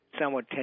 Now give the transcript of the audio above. somewhat